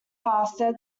faster